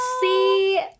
see